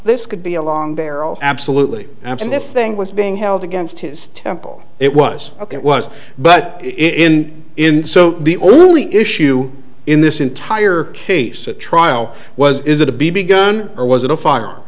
this could be a long barrel absolutely absent if thing was being held against his temple it was ok it was but in in so the only issue in this entire case at trial was is it a b b gun or was it a f